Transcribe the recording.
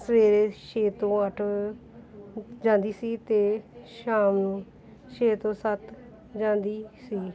ਸਵੇਰੇ ਛੇ ਤੋਂ ਅੱਠ ਜਾਂਦੀ ਸੀ ਅਤੇ ਸ਼ਾਮ ਨੂੰ ਛੇ ਤੋਂ ਸੱਤ ਜਾਂਦੀ ਸੀ